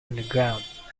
underground